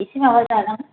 एसे माबा जागोन